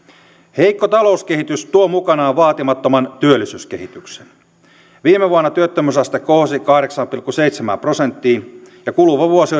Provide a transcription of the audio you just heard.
heikko talouskehitys tuo mukanaan vaatimattoman työllisyyskehityksen viime vuonna työttömyysaste kohosi kahdeksaan pilkku seitsemään prosenttiin ja kuluva vuosi